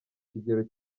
kigero